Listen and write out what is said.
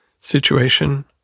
situation